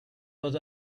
was